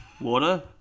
Water